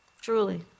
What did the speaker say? Truly